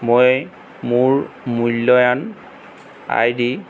মই মোৰ মূল্যায়ন আইডি